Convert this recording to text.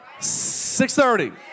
6.30